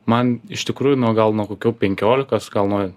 man iš tikrųjų nuo gal nuo kokių penkiolikos gal nuo